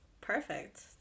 perfect